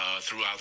throughout